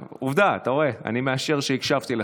עובדה, אתה רואה, אני מאשר שהקשבתי לך.